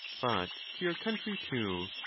but to your country too,